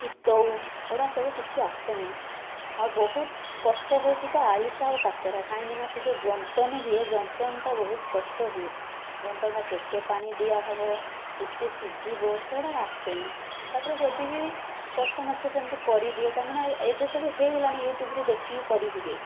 ଚିତଉ ଏଗୁଡ଼ା ସବୁ କିଛି ଆସେନି ଆଉ ବହୁତ କଷ୍ଟ ହଉଚି ତ ଆରିସା ଆଉ କାକରା କାହିଁକି ନା ସେ ଯେଉଁ ଜନ୍ତଣି ହୁଏ ଜନ୍ତଣିଟା ବହୁତ କଷ୍ଟ ହୁଏ ଜନ୍ତଣିରେ କେତେ ପାଣି ଦିଆ ହେବ କେତେ ସିଝିବ ସେଗୁଡ଼ାକ ଆସେନି ତାପରେ ଯଦି ବି କଷ୍ଟେମଷ୍ଟେ ସେମିତି କରିଦିଏ କାହିଁକି ନା ଏବେ ସବୁ ହେଇଗଲାଣି ୟୁଟ୍ୟୁବରୁ ଦେଖିକି କରି ହୁଏ